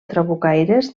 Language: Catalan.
trabucaires